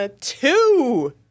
two